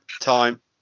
time